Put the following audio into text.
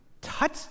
touch